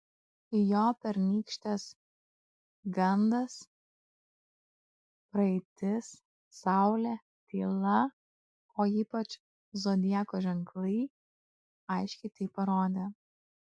jo pernykštės gandas praeitis saulė tyla o ypač zodiako ženklai aiškiai tai parodė